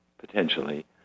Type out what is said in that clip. potentially